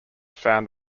found